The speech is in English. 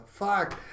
fuck